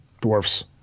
Dwarfs